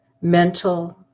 mental